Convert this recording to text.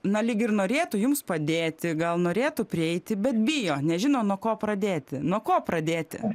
na lyg ir norėtų jums padėti gal norėtų prieiti bet bijo nežino nuo ko pradėti nuo ko pradėti